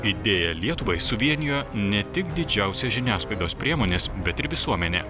idėja lietuvai suvienijo ne tik didžiausias žiniasklaidos priemones bet ir visuomenę